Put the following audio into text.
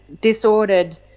disordered